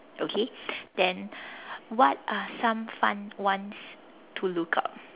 okay then what are some fun ones to look up